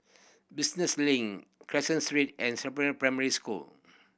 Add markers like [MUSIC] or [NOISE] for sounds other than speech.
Business Link Caseen Street and [UNINTELLIGIBLE] Primary School